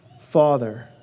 father